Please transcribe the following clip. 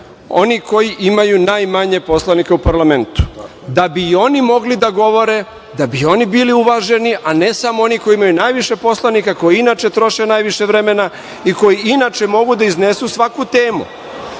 oni koji imaju najmanje poslanika u parlamentu, da bi i oni mogli da govore, da bi i oni bili uvaženi, a ne samo oni koji imaju najviše poslanika, koji inače, troše najviše vremena i koji inače, mogu da iznesu svaku temu.